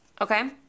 Okay